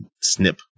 snip